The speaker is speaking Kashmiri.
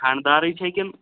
کھنٛڈ دارٕے چھےٚ کِنہٕ